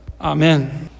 Amen